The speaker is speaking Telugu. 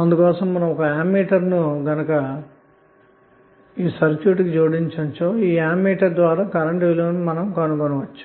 ఒక అమ్మీటర్ను ను గనక జోడిస్తే కరెంట్ i యొక్క విలువను కనుక్కోవచ్చు